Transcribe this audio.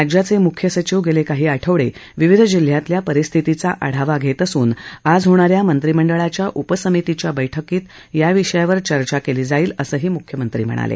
राज्याचे मुख्य सचिव गेले काही आठवडे विविध जिल्ह्यातल्या परिस्थितीचा आढावा घेत असून आज होणा या मंत्रिमंडळाच्या उपसमितीच्या बैठकीत या विषयावर चर्चा केली जाईल असंही मुख्यमंत्री म्हणाले